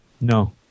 No